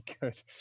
good